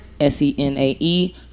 S-E-N-A-E